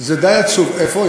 איפה?